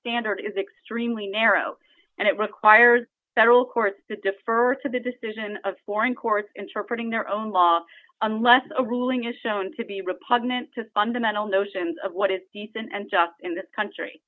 standard is extremely narrow and it requires federal court to defer to the decision of foreign courts interpreting their own law unless a ruling is shown to be repugnant to fundamental notions of what is decent and in this country